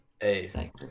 Hey